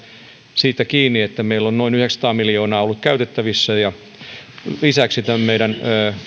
siitä että meillä on noin yhdeksänsataa miljoonaa ollut käytettävissä lisäksi tämän meidän